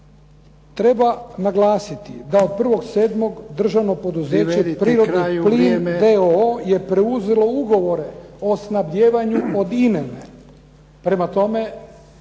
Treba naglasiti da od 1.7. državno poduzeće Prirodni plin d.o.o. je preuzelo ugovore o snabdijevanju od INA-e. Prema tome,